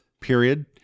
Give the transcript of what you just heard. period